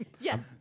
yes